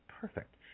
perfect